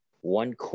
one